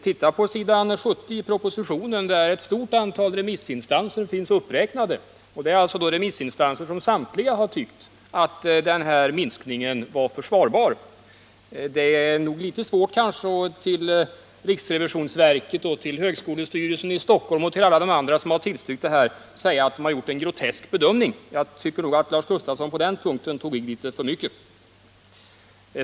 Titta på s. 70 i propositionen, där ett stort antal remissinstanser finns uppräknade, som samtliga har tyckt att minskningen var försvarbar. Det är nog litet svårt att säga till riksrevisionsverket, högskolestyrelsen i Stockholm och alla andra som har tillstyrkt förslaget att de har gjort en grotesk bedömning. Jag tycker att Lars Gustafsson på den punkten tog i litet för mycket.